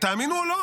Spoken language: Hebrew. ותאמינו או לא,